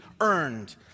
earned